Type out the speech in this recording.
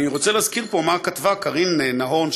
אני רוצה להזכיר פה מה כתבה קרין נהון,